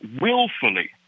willfully